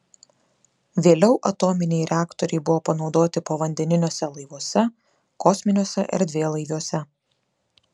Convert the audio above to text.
vėliau atominiai reaktoriai buvo panaudoti povandeniniuose laivuose kosminiuose erdvėlaiviuose